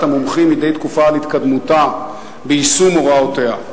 המומחים מדי תקופה על התקדמותה ביישום הוראותיה.